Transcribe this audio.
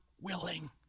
willing